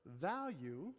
value